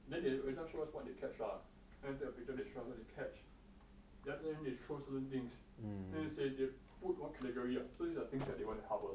then they every time show us what they catch lah and take a picture they show us what they catch then after that they throw certain things then they say they put one category lah so these are things they want to harvest